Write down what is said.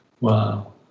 Wow